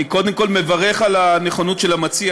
אני קודם כול מברך על הנכונות של המציע